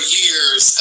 years